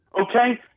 okay